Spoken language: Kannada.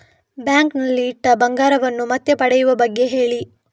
ಬ್ಯಾಂಕ್ ನಲ್ಲಿ ಇಟ್ಟ ಬಂಗಾರವನ್ನು ಮತ್ತೆ ಪಡೆಯುವ ಬಗ್ಗೆ ಹೇಳಿ